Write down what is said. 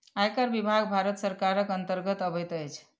आयकर विभाग भारत सरकारक अन्तर्गत अबैत अछि